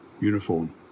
uniform